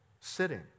sitting